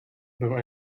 though